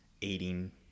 eating